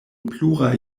pluraj